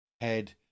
head